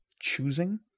choosing